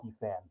fan